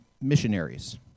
missionaries